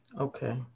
Okay